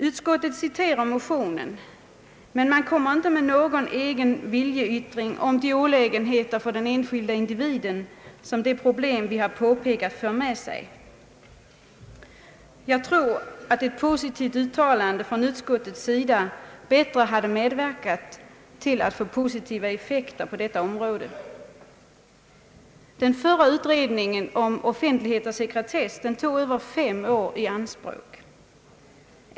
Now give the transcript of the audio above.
Utskottet citerar motionen, men man Ang. politiska opinionsundersökningar kommer inte med någon egen viljeyttring om de olägenheter för den enskilda individen som de problem vi har påpekat för med sig. Jag tror att ett positivt uttalande från utskottets sida bättre hade medverkat till positiva effekter på detta område. Den förra utredningen om offentlighet och sekretess tog över fem år.